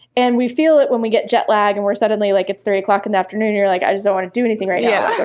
and we feel it when we get jet lag and we're suddenly like, it's three o'clock in the afternoon and you're like, i just don't want to do anything right yeah